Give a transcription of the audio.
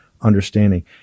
understanding